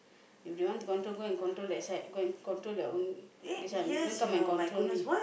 if you want to control go and control that side go and control their own this one don't come and control me